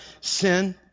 sin